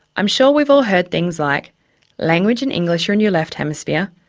i'm sure we've all heard things like language and english are in your left hemisphere,